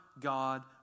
God